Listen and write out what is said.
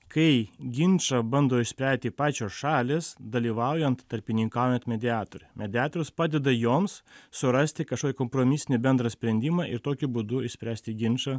kai ginčą bando išspręsti pačios šalys dalyvaujant tarpininkaujant mediatoriui mediatorius padeda joms surasti kažkokį kompromisinį bendrą sprendimą ir tokiu būdu išspręsti ginčą